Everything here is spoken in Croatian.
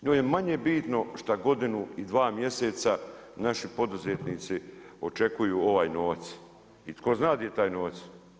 Njoj je manje bitno šta godinu i dva mjeseca naši poduzetnici očekuju ovaj novac i tko zna di je taj novac.